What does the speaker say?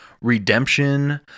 redemption